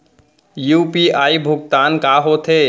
UPI भुगतान का होथे?